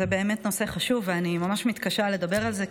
זה באמת נושא חשוב, ואני ממש מתקשה לדבר על זה.